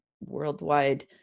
worldwide